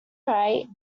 right